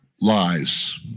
lies